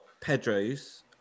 Pedro's